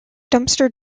dumpster